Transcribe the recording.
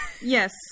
Yes